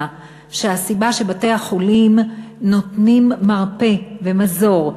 שהסיבה שבתי-החולים נותנים מרפא ומזור,